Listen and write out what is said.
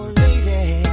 lady